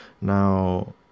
Now